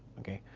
okay.